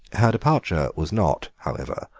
her departure was not, however,